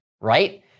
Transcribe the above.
right